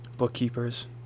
bookkeepers